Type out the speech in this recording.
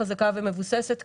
חזקה ומבוססת,